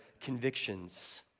convictions